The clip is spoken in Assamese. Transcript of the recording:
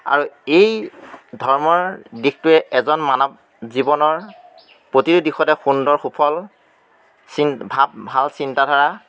আৰু এই ধৰ্মৰ দিশটোৱে এজন মানৱ জীৱনৰ প্ৰতিটো দিশতে সুন্দৰ সুফল চিন্ত ভাৱ ভাল চিন্তাধাৰা